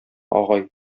агай